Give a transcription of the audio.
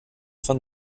von